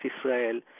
Israel